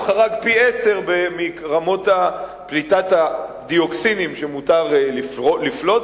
הוא חרג פי-עשרה ברמות פליטת הדיאוקסינים שמותר לפלוט,